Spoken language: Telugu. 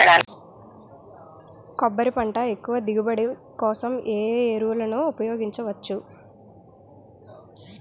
కొబ్బరి పంట ఎక్కువ దిగుబడి కోసం ఏ ఏ ఎరువులను ఉపయోగించచ్చు?